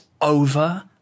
over